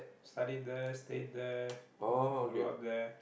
studied there stayed there grew up there